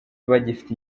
bagifite